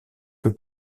peu